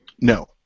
No